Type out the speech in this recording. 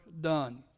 done